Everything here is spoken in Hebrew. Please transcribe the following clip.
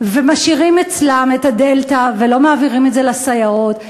ומשאירים אצלם את הדלתא ולא מעבירים את זה לסייעות,